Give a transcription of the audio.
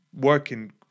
working